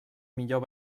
millor